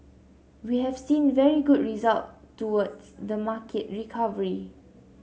we have seen very good result towards the market recovery